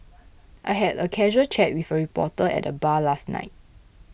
I had a casual chat with a reporter at the bar last night